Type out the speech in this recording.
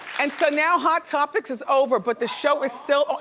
and so now hot topics is over but the show is still,